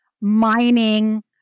mining